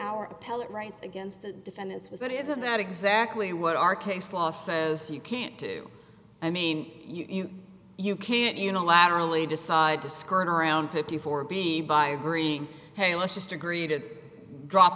our appellate rights against the defendants was it isn't that exactly what our case law says you can't do i mean you you can't unilaterally decide to skirt around fifty four b by agreeing hey let's just agree to drop